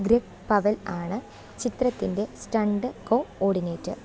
Greg Powell ആണ് ചിത്രത്തിൻ്റെ stunt coordinator